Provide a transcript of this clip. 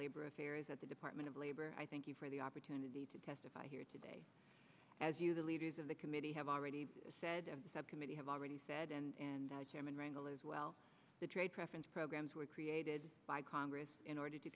labor affairs at the department of labor i thank you for the opportunity to testify here today as you the leaders of the committee have already said of the subcommittee have already said and chairman wrangle as well the trade preference programs were created by congress in order to